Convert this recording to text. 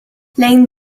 lejn